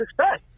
success